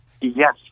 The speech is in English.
Yes